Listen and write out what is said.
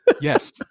Yes